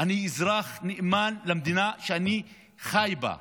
אני אזרח נאמן למדינה שאני חי בה.